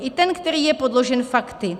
I ten, který je podložen fakty.